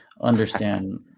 understand